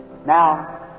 Now